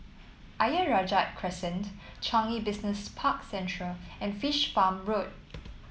Ayer Rajah Crescent Changi Business Park Central and Fish Farm Road